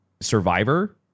Survivor